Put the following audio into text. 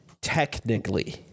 Technically